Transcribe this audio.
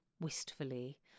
wistfully